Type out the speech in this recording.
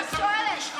לא, אני רק שואלת.